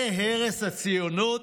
זה הרס הציונות?